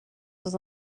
dans